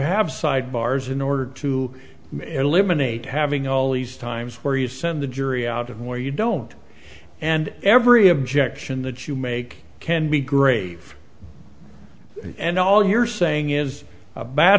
have side bars in order to eliminate having all these times where you send the jury out of where you don't and every objection that you make can be grave and all you're saying is